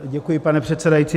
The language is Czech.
Děkuji, pane předsedající.